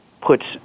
puts